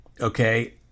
okay